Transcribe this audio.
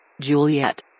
Juliet